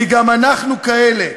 כי גם אנחנו כאלה.